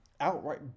outright